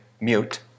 mute